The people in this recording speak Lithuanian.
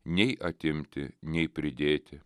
nei atimti nei pridėti